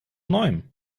neuem